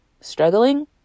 struggling